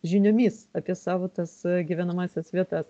žiniomis apie savo tas gyvenamąsias vietas